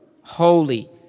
holy